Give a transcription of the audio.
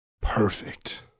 Perfect